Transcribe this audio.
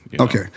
Okay